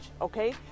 Okay